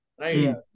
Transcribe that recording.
right